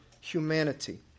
humanity